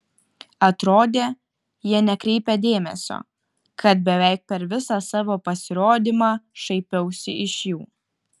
atrodė jie nekreipia dėmesio kad beveik per visą savo pasirodymą šaipiausi iš jų